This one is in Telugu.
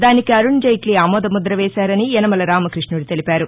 దానికి అరుణ్జైట్లీ ఆమోద ముద్ర వేశారని యనమల రామకృష్ణుడు తెలిపారు